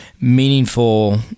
meaningful